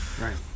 Right